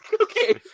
Okay